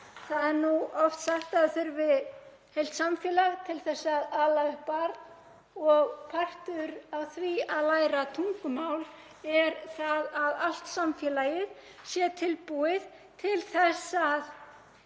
Það er nú oft sagt að það þurfi heilt samfélag til að ala upp barn og partur af því að læra tungumál er að allt samfélagið sé tilbúið til þess að